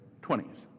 20s